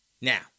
Now